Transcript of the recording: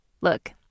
Look